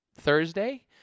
Thursday